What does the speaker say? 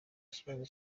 kibazo